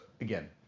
Again